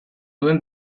duen